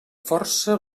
força